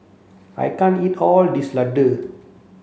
I can't eat all this Ladoo